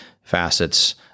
facets